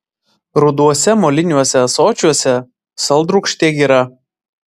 ruduose moliniuose ąsočiuose saldrūgštė gira